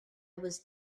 was